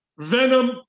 Venom